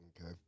Okay